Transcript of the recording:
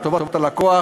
לטובת הלקוח,